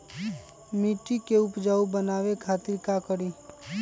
मिट्टी के उपजाऊ बनावे खातिर का करी?